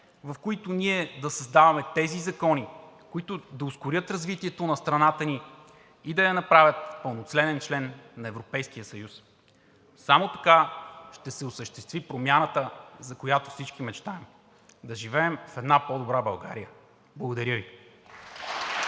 в които ние да създаваме тези закони, които да ускорят развитието на страната ни и да я направят пълноценен член на Европейския съюз. Само така ще се осъществи промяната, за която всички мечтаем – да живеем в една по-добра България. Благодаря Ви.